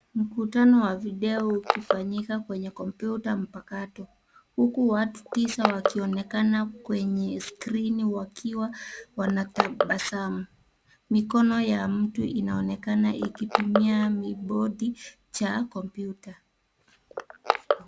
Mkutano wa video ukifanyika kwenye kompyuta mpakato, huku watu tisa wakionekana kwenye skrini wakiwa wanatabasamu. Mikono ya mtu inaonekana ikitumia kibodi cha kompyuta.